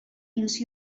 use